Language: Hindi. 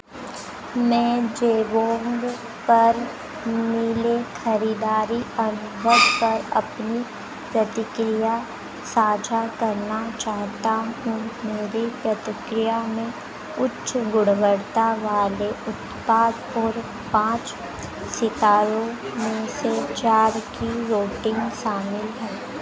मैं जेबोंग पर मिले खरीदारी अनुभव पर अपनी प्रतिक्रिया साझा करना चाहता हूँ मेरी प्रतिक्रिया में उच्च गुणवत्ता वाले उत्पाद और पाँच सितारों में से चार की रोटिंग शामिल है